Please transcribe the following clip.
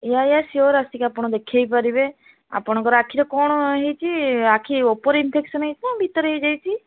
yeah yeah sure ଆସିକି ଆପଣ ଦେଖାଇ ପାରିବେ ଆପଣଙ୍କର ଆଖିରେ କ'ଣ ହୋଇଛି ଆଖି ଉପରେ ଇନଫେକ୍ସନ ହୋଇଛି ନା ଭିତରେ ହୋଇଯାଇଛି